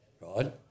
right